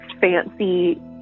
fancy